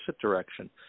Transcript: direction